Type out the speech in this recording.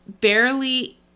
barely